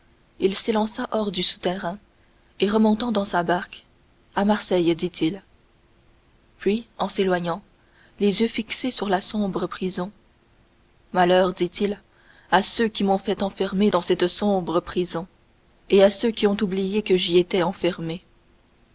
il s'élança hors du souterrain et remontant dans la barque à marseille dit-il puis en s'éloignant les yeux fixés sur la sombre prison malheur dit-il à ceux qui m'ont fait enfermer dans cette sombre prison et à ceux qui ont oublié que j'y étais enfermé